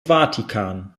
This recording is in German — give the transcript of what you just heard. vatikan